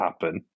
happen